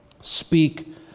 Speak